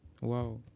wow